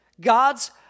God's